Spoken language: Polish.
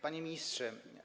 Panie Ministrze!